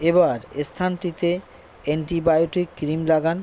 এবার স্থানটিতে antibiotic cream লাগান